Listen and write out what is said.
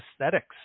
aesthetics